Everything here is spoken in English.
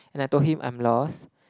and I told him I am lost